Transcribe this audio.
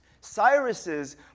Cyrus's